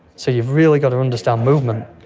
so you've really got to understand movement.